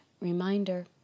Reminder